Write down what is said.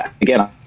again